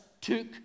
took